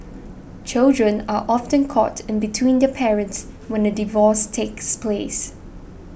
children are often caught in between their parents when a divorce takes place